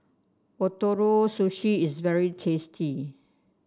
Ootoro Sushi is very tasty